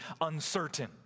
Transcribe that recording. uncertain